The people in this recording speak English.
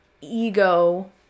ego